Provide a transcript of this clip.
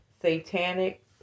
satanic